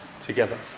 together